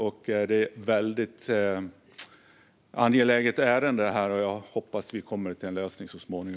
Detta är ett väldigt angeläget ärende, och jag hoppas att vi så småningom kommer till en lösning.